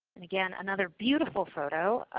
and again another beautiful photo.